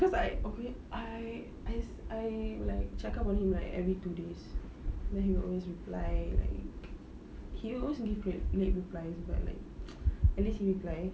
cause I okay I I I like check up on him like every two days then he will always reply like he will always give late replies but like at least he reply